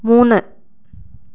മൂന്ന്